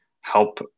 help